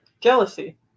Jealousy